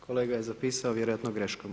Kolega je zapisao vjerojatno greškom.